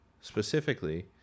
specifically